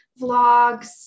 vlogs